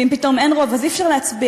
ואם פתאום אין רוב אז אי-אפשר להצביע,